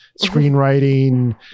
screenwriting